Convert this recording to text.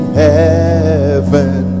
heaven